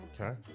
okay